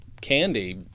candy